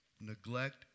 neglect